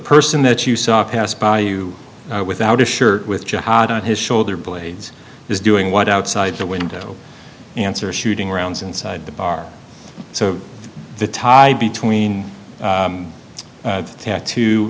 person that you saw passed by you without a shirt with jihad on his shoulder blades is doing what outside the window answer shooting rounds inside the bar so the tie between